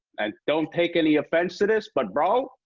and don't take any offense to this, but, bro,